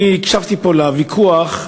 אני הקשבתי פה לוויכוח,